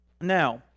Now